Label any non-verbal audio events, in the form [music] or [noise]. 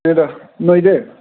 [unintelligible] ꯅꯣꯏꯗꯤ